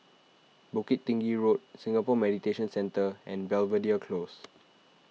Bukit Tinggi Road Singapore Mediation Centre and Belvedere Close